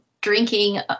drinking